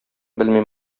белмим